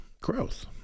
Growth